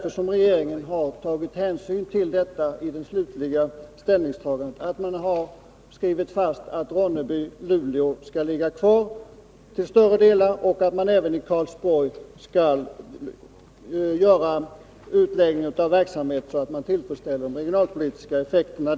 Regeringen har tagit hänsyn till detta i det slutliga ställningstagandet och skrivit att verksamheten i Ronneby och Luleå till större delen skall ligga kvar och att man även i Karlsborg skall göra en utläggning av verksamhet så att man tillfredsställer de regionalpolitiska synpunkterna.